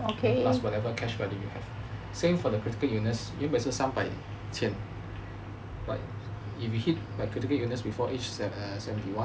plus whatever cash value you have same for the critical illness 原本是三百千 but if you hit by critical illness before age seven seventy one